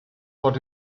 what